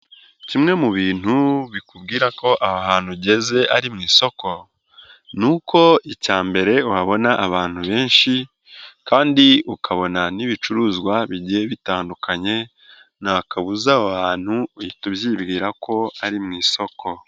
Kimwe mu bintu bikubwira ko aha ahantutu ugeze ari mu isoko, ni uko icya mbere wabona abantu benshi kandi ukabona n'ibicuruzwa bigiye bitandukanye, nta kabuza abantu uhita ubyibwira ko ari mu isoko.